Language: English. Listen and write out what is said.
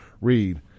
read